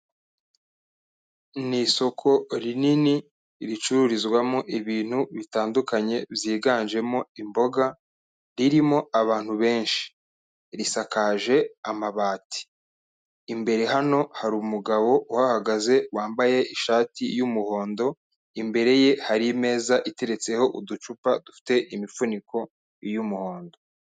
Ni isoko rinini ricururizwamo ibintu bitandukanye byiganjemo imboga, ririmo abantu benshi. Risakaje amabati. Imbere hano hari umugabo uhahagaze, wambaye ishati y'umuhondo., imbere ye hari imeza iteretseho uducupa dufite imifuniko y'umuhondo.